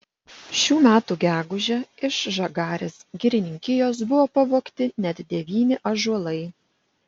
šių metų gegužę iš žagarės girininkijos buvo pavogti net devyni ąžuolai